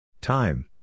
Time